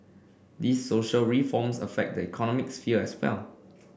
these social reforms affect the economic sphere as well